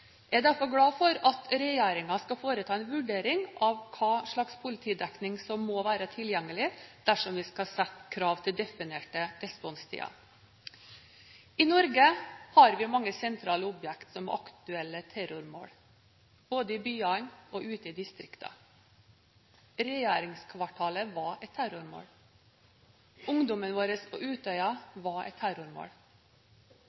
Jeg er derfor glad for at regjeringen skal foreta en vurdering av hva slags politidekning som må være tilgjengelig, dersom vi skal sette krav til definerte responstider. I Norge har vi mange sentrale objekt som er aktuelle terrormål, både i byene og ute i distriktene. Regjeringskvartalet var et terrormål. Ungdommene våre på Utøya